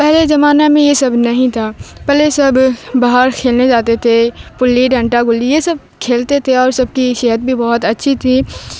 پہلے زمانہ میں یہ سب نہیں تھا پہلے سب باہر کھیلنے جاتے تھے گلی ڈنڈا گلی یہ سب کھیلتے تھے اور سب کی صحت بھی بہت اچھی تھی